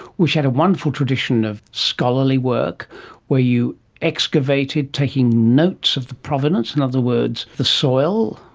which had a wonderful tradition of scholarly work where you excavated, taking notes of the provenance, in other words the soil,